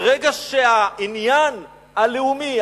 ברגע שהעניין הלאומי,